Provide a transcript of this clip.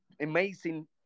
amazing